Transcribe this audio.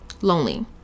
Lonely